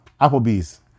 Applebee's